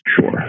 Sure